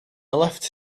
left